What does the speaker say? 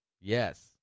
Yes